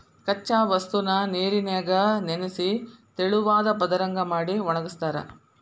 ಕಚ್ಚಾ ವಸ್ತುನ ನೇರಿನ್ಯಾಗ ನೆನಿಸಿ ತೆಳುವಾದ ಪದರದಂಗ ಮಾಡಿ ಒಣಗಸ್ತಾರ